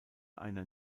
einer